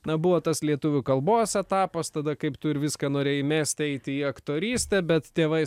na buvo tas lietuvių kalbos etapas tada kaip tu ir viską norėjai mest eit į aktorystę bet tėvai